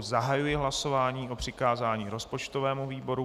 Zahajuji hlasování o přikázání rozpočtovému výboru.